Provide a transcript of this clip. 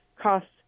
costs